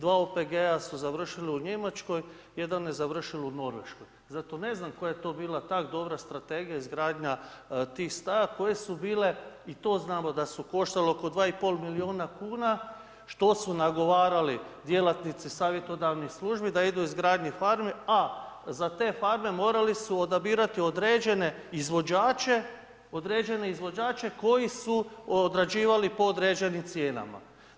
Dva OPG-a su završili u Njemačkoj, jedan je završio u Norveškoj, zato ne znam koja je to bila tako dobra strategija, izgradnja tih staja koje su bile i to znamo da su koštale oko 2,5 milijuna kuna što su nagovarali djelatnici savjetodavnih službi da idu u izgradnju farmi a za te farme morali su odabirati određen izvođače koji su odrađivali po određenim cijenama.